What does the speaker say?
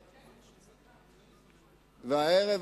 והערב,